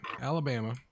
Alabama